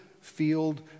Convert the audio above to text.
field